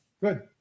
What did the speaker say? good